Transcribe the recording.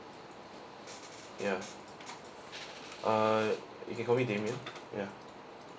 ya uh you can call me demian ya